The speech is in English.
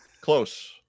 close